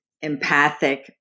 empathic